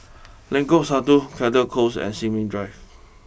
Lengkok Satu Caldecott close and Sin Ming Drive